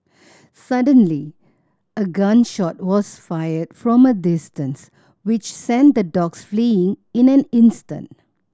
suddenly a gun shot was fired from a distance which sent the dogs fleeing in an instant